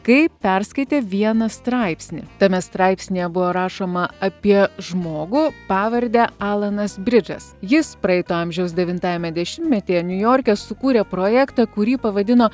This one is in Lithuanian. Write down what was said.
kai perskaitė vieną straipsnį tame straipsnyje buvo rašoma apie žmogų pavarde alanas bridžas jis praeito amžiaus devintajame dešimtmetyje niujorke sukūrė projektą kurį pavadino